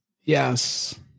Yes